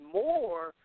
more